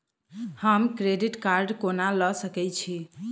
हम credit card कोना लऽ सकै छी?